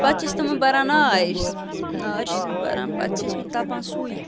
پَتہٕ چھِ أسۍ تِمَن بَران نار أسۍ نار چھِ أسمٕتۍ بَران پَتہٕ چھِ ٲسمٕتۍ تَپان سُے